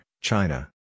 China